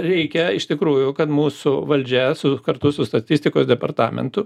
reikia iš tikrųjų kad mūsų valdžia su kartu su statistikos departamentu